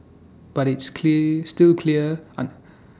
but it's clear still clear aunt